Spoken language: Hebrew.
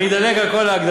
אני אדלג על כל ההקדמה,